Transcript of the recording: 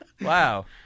Wow